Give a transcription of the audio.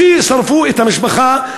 ששרפו את המשפחה,